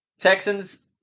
Texans